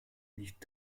liegt